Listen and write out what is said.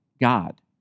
God